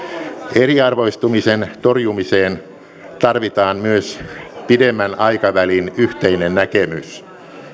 eriarvoistumisen torjumiseen tarvitaan myös pidemmän aikavälin yhteinen näkemys